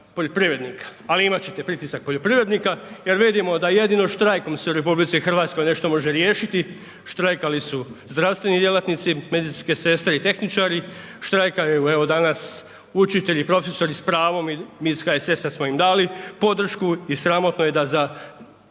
poljoprivrednika. Ali imat ćete pritisak poljoprivrednika jer vidimo da jedino štrajkom se u RH nešto može riješiti. Štrajkali su zdravstveni djelatnici, medicinske sestre i tehničari, štrajkaju evo danas učitelji, profesori s pravom i mi iz HSS-a smo im dali podršku i sramotno je da za